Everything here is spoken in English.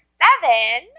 seven